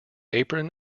apron